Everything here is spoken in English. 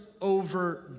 over